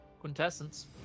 Quintessence